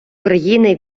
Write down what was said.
країни